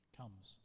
comes